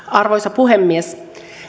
arvoisa puhemies